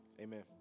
Amen